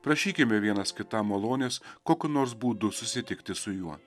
prašykime vienas kitam malonės kokiu nors būdu susitikti su juo